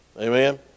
Amen